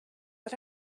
but